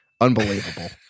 Unbelievable